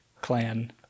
clan